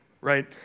right